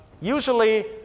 Usually